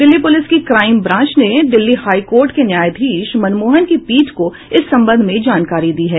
Delhi police की crime branch ने Delhi high court के न्यायाधीश मनमोहन की पीठ को इस संबंध में जानकारी दी है